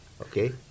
okay